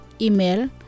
Email